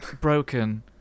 broken